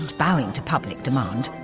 and bowing to public demand,